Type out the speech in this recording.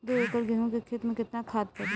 दो एकड़ गेहूँ के खेत मे केतना खाद पड़ी?